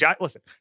listen